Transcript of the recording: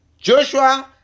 Joshua